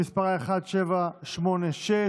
שמספר 1786,